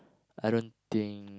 I don't think